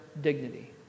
dignity